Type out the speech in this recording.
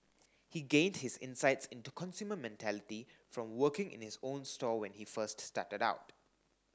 he gained his insights into consumer mentality from working in his own store when he first started out